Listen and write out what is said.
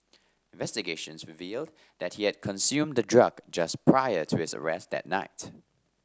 investigations revealed that he had consumed the drug just prior to his arrest that night